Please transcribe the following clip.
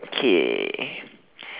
okay